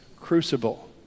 crucible